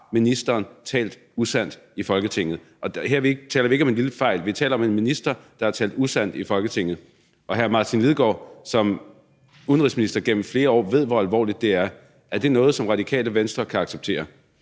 ministeren talt usandt i Folketinget. Og her taler vi ikke om en lille fejl; vi taler om en minister, der har talt usandt i Folketinget. Og hr. Martin Lidegaard ved, da han har været udenrigsminister gennem flere år, hvor alvorligt det er. Er det noget, som Radikale Venstre kan acceptere?